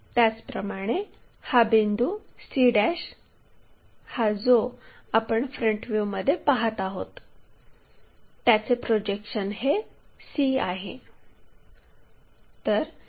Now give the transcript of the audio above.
त्याचप्रमाणे हा बिंदू c हा जो आपण फ्रंट व्ह्यूमध्ये पहात आहोत त्याचे प्रोजेक्शन हे c आहे